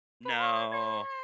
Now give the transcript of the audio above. No